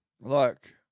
look